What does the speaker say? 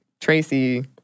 Tracy